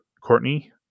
Courtney